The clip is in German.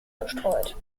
bestreut